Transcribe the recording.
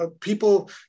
people